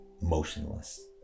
motionless